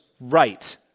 right